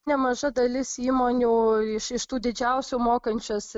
nemaža dalis įmonių iš iš tų didžiausių mokančios